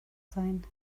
sein